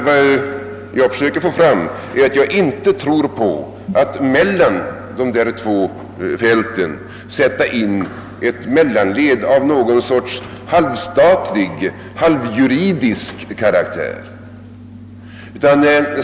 Vad jag försökt få fram är att jag inte tror på möjligheten att mellan de där två fälten sätta in ett mellanled med någon sorts halvstatlig, halvjuridisk karaktär.